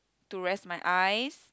to rest my eyes